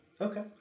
Okay